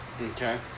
Okay